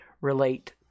relate